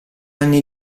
anni